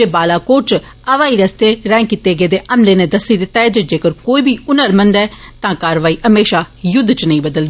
जे बालाकोट इच हवाई रस्ते राएं कीते गेदे हमले नै दस्सी दित्ता ऐ जेकर कोई हुनरमंद ऐ तां कार्रवाई म्हेशां युद्ध इच नेंई बदलदा